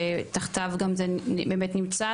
שתחתיו זה באמת נמצא.